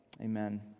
Amen